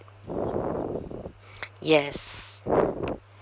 yes